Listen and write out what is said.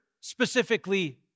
specifically